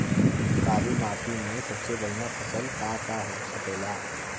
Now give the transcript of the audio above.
काली माटी में सबसे बढ़िया फसल का का हो सकेला?